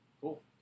Cool